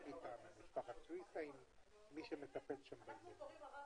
(הישיבה נפסקה בשעה 10:46 ונתחדשה בשעה 11:10.